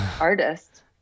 artist